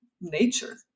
nature